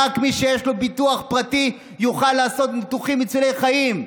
רק מי שיש לו ביטוח פרטי יוכל לעשות ניתוחים מצילי חיים.